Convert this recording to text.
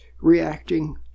reacting